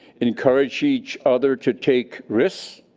encourage each other to take risks,